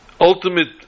ultimate